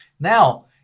Now